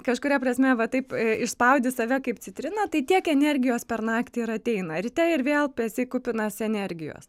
kažkuria prasme va taip išspaudi save kaip citriną tai tiek energijos per naktį ir ateina ryte ir vėl tu esi kupinas energijos